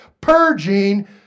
purging